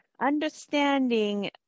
understanding